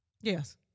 Yes